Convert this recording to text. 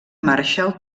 marshall